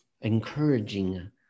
encouraging